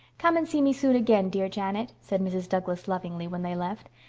come and see me soon again, dear janet, said mrs. douglas lovingly, when they left.